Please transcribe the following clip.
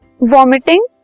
vomiting